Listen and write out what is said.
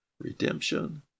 redemption